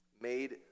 made